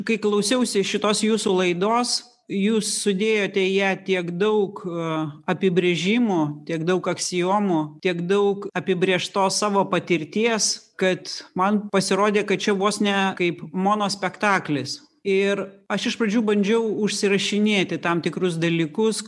kai klausiausi šitos jūsų laidos jūs sudėjote į ją tiek daug apibrėžimų tiek daug aksiomų tiek daug apibrėžtos savo patirties kad man pasirodė kad čia vos ne kaip monospektaklis ir aš iš pradžių bandžiau užsirašinėti tam tikrus dalykus